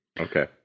Okay